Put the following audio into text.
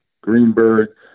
Greenberg